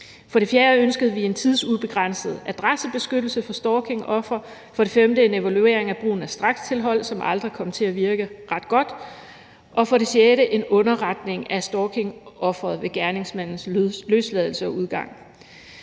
For det fjerde ønskede vi en tidsubegrænset adressebeskyttelse for stalkingofre. For det femte ønskede vi en evaluering af brugen af strakstilhold, som aldrig var kommet til at virke ret godt. For det sjette ønskede vi en underretning af stalkingofferet ved gerningsmandens løsladelse og udgang.